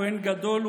כוהן גדול,